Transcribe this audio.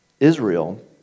Israel